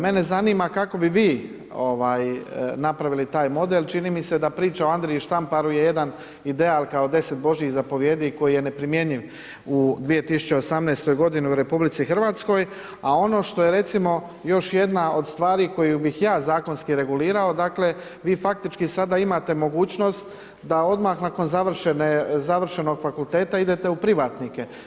Mene zanima kako bi vi napravili taj model, čini mi se da priča o Andriji Štamparu je jedan ideal kao 10 Božjih zapovijedi koji je neprimjenjiv u 2018. godini u RH, a ono što je recimo još jedna od stvari koju bih ja zakonski regulirao, dakle vi faktički sada imate mogućnost da odmah nakon završenog fakulteta idete u privatnike.